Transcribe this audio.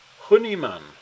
Honeyman